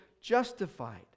justified